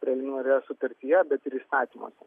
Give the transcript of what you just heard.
preliminariojoje sutartyje bet ir įstatymuose